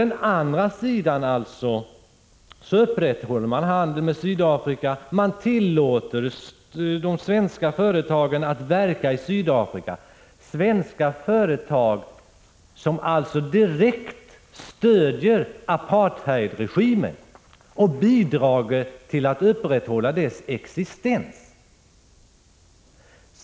Men å andra sidan upprätthåller man handeln med Sydafrika och tillåter de svenska företagen att verka i Sydafrika. Svenska företag stöder alltså direkt apartheidregimen och bidrar till att upprätthålla dess existens.